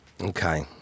Okay